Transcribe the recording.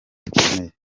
bikomeye